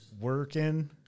Working